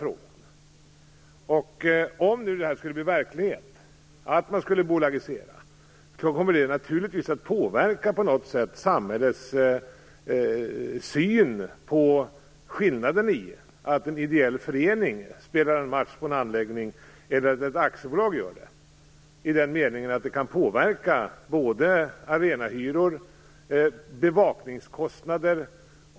Om det skulle bli verklighet med en bolagisering kommer det naturligtvis att på något sätt påverka samhällets syn. Det gäller skillnaden mellan att en ideell förening spelar en match på en anläggning eller att ett aktiebolag gör det. Det kan påverka både arenahyror och bevakningskostnader.